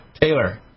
Taylor